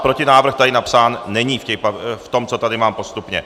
Protinávrh tady napsán není, v tom, co tady mám postupně.